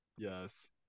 Yes